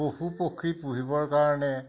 পশু পক্ষী পুহিবৰ কাৰণে